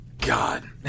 God